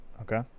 okay